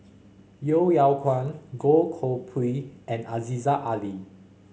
Yeo Yeow Kwang Goh Koh Pui and Aziza Ali